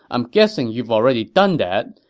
i'm guessing you've already done that.